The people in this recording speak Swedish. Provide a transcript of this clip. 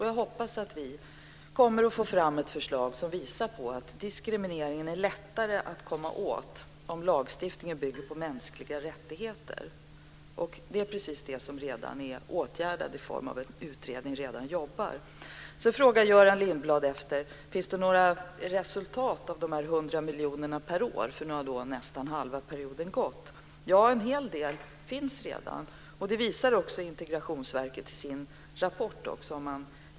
Jag hoppas att vi kommer att få fram ett förslag som visar att det är lättare att komma åt diskrimineringen om lagstiftningen bygger på mänskliga rättigheter. För detta arbetar alltså redan en utredning. Vidare frågar Göran Lindblad om det kommit några resultat av de 100 miljoner per år som anslås under en period som redan nästan till hälften har gått. Ja, en hel del sådana resultat finns redan. Detta visar Integrationsverket i sin rapport.